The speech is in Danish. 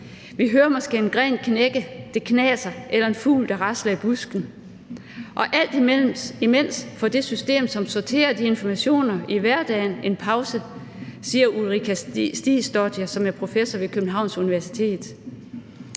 vi hører måske en gren knække, at det knaser, eller at der er en fugl, der rasler i busken. Og alt imens får det system, som sorterer informationer i hverdagen, en pause, siger Ulrika Stigsdotter, som er professor ved Københavns Universitet.